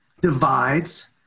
divides